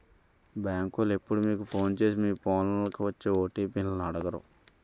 బేంకోలు ఎప్పుడూ మీకు ఫోను సేసి మీ ఫోన్లకి వచ్చే ఓ.టి.పి లను అడగరు